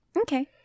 Okay